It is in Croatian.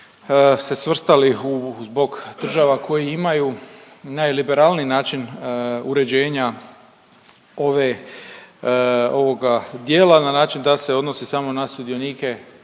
se svrstali zbog država koje imaju najliberalniji način uređenja ove, ovoga dijela na način da se odnosi samo na sudionike